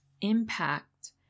impact